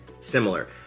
similar